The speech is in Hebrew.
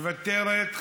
מוותרת.